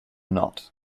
not